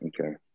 Okay